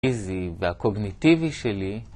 פיזי והקוגניטיבי שלי